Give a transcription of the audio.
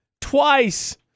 Twice